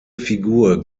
figur